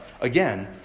again